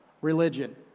religion